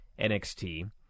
NXT